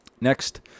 Next